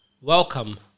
Welcome